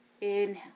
Inhale